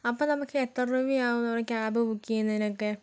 അപ്പോൾ നമുക്ക് എത്ര രൂപയാവും നമ്മുടെ ക്യാമ്പ് ബുക്ക് ചെയ്യുന്നതിനൊക്കെ